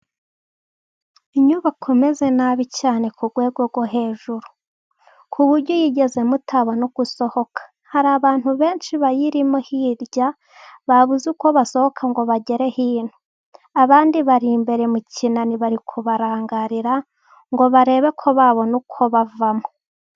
Inyubako imeze nabi cyane ku rwego rwo hejuru, ku buryo uyigezemo utabona uko usohoka. Hari abantu benshi bayirimo hirya babuze uko basohoka ngo bagere hino, abandi bari imbere mu kinani bari kubarangarira, ngo barebe ko babona uko bavamo.